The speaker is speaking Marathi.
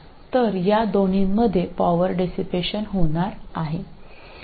तर या दोन्हीमध्ये पॉवर डेसिपेशन होणार आहे